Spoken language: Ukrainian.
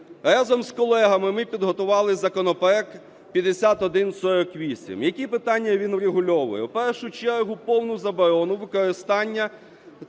Разом з колегами ми підготували законопроект 5148. Які питання він врегульовує? В першу чергу повну заборону використання